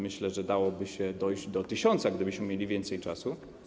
Myślę, że dałoby się dojść do tysiąca, gdybyśmy mieli więcej czasu.